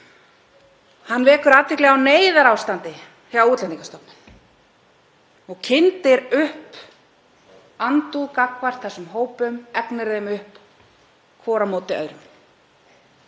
Hann vekur athygli á neyðarástandi hjá Útlendingastofnun og kyndir undir andúð gagnvart þessum hópum, egnir þá upp hvor á móti öðrum.